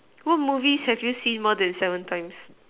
what movies have you seen more than seven times